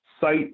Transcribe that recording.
Site